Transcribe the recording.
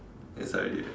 yes hi there